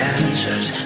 answers